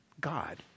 God